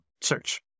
search